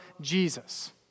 Jesus